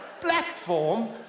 platform